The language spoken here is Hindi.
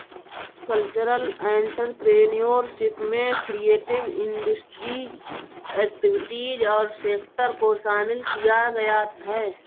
कल्चरल एंटरप्रेन्योरशिप में क्रिएटिव इंडस्ट्री एक्टिविटीज और सेक्टर को शामिल किया गया है